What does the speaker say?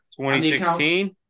2016